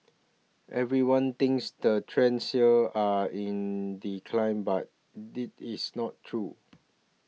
everyone thinks the trades here are in decline but this is not true